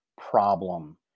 problem